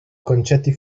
concetti